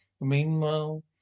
Meanwhile